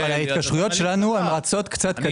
ההתקשרויות שלנו רצות קצת קדימה.